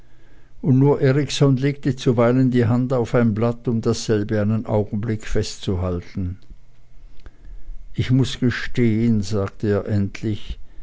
und nur erikson legte zuweilen die hand auf ein blatt um dasselbe einen augenblick festzuhalten ich muß gestehen sagte er endlich